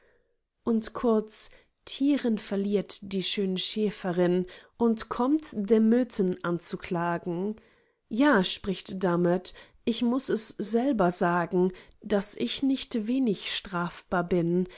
und kurz tiren verliert die schöne schäferin und kömmt damöten anzuklagen ja spricht damöt ich muß es selber sagen daß ich nicht wenig strafbar bin